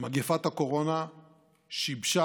מגפת הקורונה שיבשה